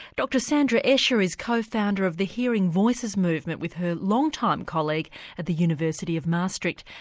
dr sandra escher is co-founder of the hearing voices movement with her long time colleague at the university of maastricht,